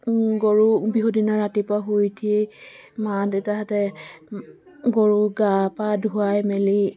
গৰু বিহু দিনা ৰাতিপুৱা শুই উঠি মা দেউতাহঁতে গৰু গা পা ধুৱাই মেলি